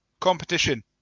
competition